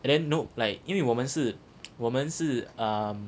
and then you know like 因为我们是我们是 um